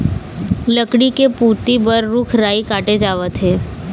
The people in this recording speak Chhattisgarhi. लकड़ी के पूरति बर रूख राई काटे जावत हे